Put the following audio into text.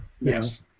Yes